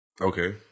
Okay